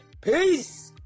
peace